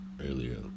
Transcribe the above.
earlier